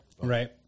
Right